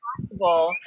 possible